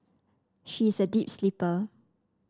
she is a deep sleeper